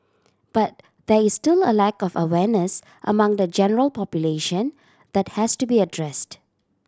but there is still a lack of awareness among the general population that has to be addressed